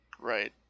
Right